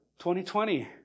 2020